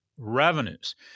revenues